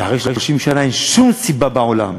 ואחרי 30 שנה אין שום סיבה בעולם,